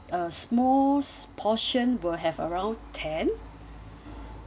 a small s~ portion will have around ten